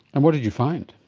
and what did you find?